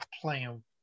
playing